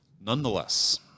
nonetheless